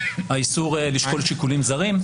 האיסור לשקול שיקולים זרים,